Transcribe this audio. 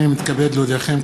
הנני מתכבד להודיעכם,